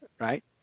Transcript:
right